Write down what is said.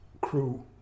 crew